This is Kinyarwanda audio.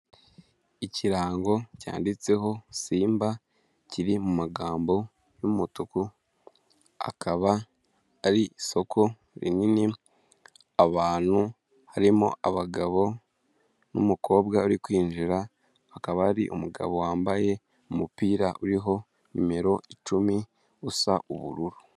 Ikirango cyanditseho simba kiri mumagambo y'umutuku akaba ari isoko rinini, abantu, harimo abagabo n' n'umukobwa uri kwinjira, akaba hari umugabo wambaye umupira uriho numero icumi, usa ubururu.